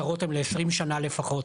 השכירויות הן לעשרים שנה לפחות,